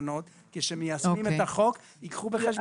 יש את רמות התמיכה בחוק, בתקנות, איפה שאתה רוצה.